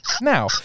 Now